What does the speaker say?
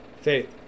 faith